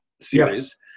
series